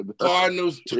Cardinals